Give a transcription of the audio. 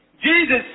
Jesus